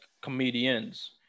comedians